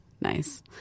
Nice